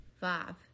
Five